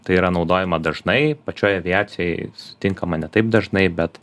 tai yra naudojama dažnai pačioj aviacijoj sutinkama ne taip dažnai bet